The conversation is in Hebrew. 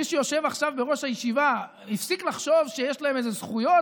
מי שיושב עכשיו בראש הישיבה הפסיק לחשוב שיש להם איזה זכויות,